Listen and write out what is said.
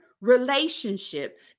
relationship